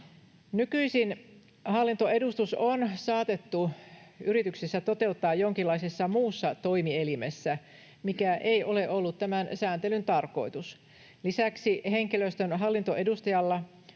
Nykyisin hallintoedustus on saatettu yrityksessä toteuttaa jonkinlaisessa muussa toimielimessä, mikä ei ole ollut tämän sääntelyn tarkoitus. Lisäksi henkilöstön hallintoedustajalla